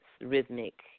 rhythmic